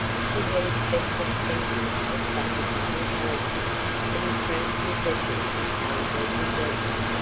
she had expected sentiment of such a different character that his frank confession disarmed her completely.